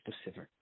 specific